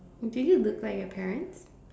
do you look like your parents